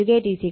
8o ആണ്